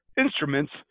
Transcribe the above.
instruments